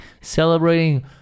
Celebrating